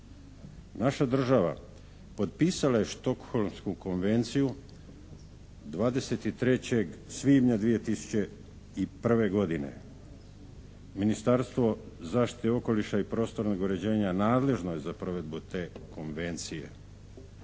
Naša država potpisala je Stockholmsku konvenciju 23. svibnja 2001. godine. Ministarstvo zaštite okoliša i prostornog uređenja nadležno je za provedbu te konvencije,